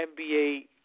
NBA